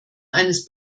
eines